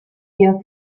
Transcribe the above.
wir